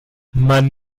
man